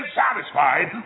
satisfied